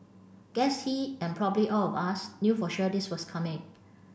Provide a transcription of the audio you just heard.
guess he and probably all of us knew for sure this was coming